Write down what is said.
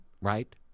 Right